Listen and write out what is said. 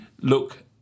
look